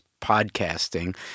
podcasting